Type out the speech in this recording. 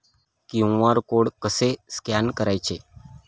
QR code कसे scan करायचे?